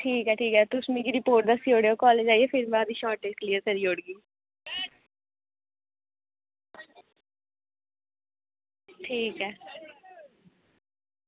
ठीक ऐ ठीक ऐ तुस मिगी रिपोर्ट दस्सी ओड़ेओ कालेज़ आइयै फिर में ओह्दी शार्टेज़ क्लीयर करी ओड़गी ठीक ऐ